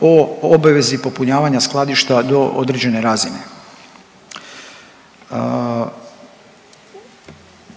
o obvezi popunjavanja skladišta do određene razine.